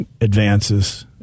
advances